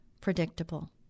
predictable